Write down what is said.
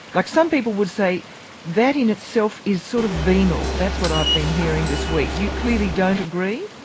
like, some people would say that in itself is sort of venal. that's what i've been hearing this week. you clearly don't agree?